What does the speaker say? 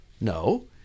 No